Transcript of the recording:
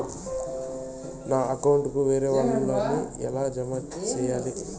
నా అకౌంట్ కు వేరే వాళ్ళ ని ఎలా జామ సేయాలి?